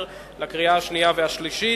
2010, לקריאה שנייה וקריאה שלישית.